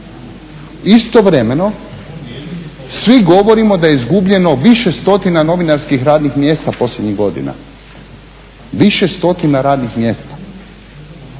Istovremeno, svi govorimo da je izgubljeno više stotina novinarskih radnih mjesta posljednjih godina, više stotina radnih mjesta.